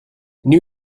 new